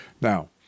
Now